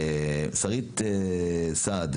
שרית סעד,